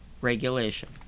regulation